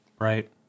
Right